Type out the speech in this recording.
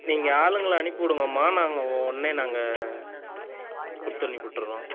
நீங்கள் ஆளுங்களை அனுப்பிவிடுங்கம்மா நாங்கள் உடனே நாங்கள் கொடுத்து அனுப்பிவிட்டுட்றோம்